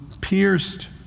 pierced